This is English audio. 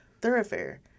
thoroughfare